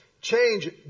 Change